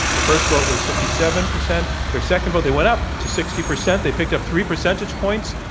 their first vote was fifty seven percent, their second vote they went up to sixty percent. they picked up three percentage points.